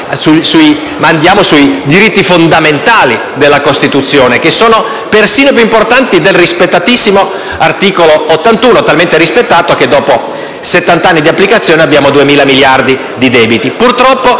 ad incidere sui diritti fondamentali della Costituzione, che sono perfino più importanti del rispettatissimo articolo 81, talmente rispettato che dopo 70 anni di applicazione abbiamo 2.000 miliardi di debiti.